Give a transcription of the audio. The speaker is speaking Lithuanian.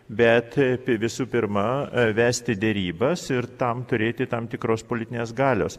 bet apie visu pirma vesti derybas ir tam turėti tam tikros politinės galios